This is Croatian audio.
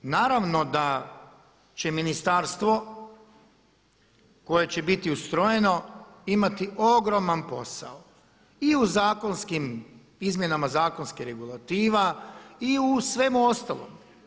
Naravno da će ministarstvo koje će biti ustrojeno imati ogroman posao i u izmjenama zakonskih regulativa, i u svemu ostalom.